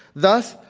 thus,